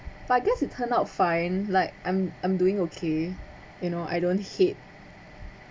so I guess it turned out fine like I'm I'm doing okay you know I don't hate